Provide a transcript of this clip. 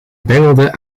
bengelde